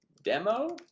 demo